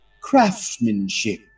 craftsmanship